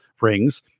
rings